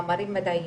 מאמרים מדעיים,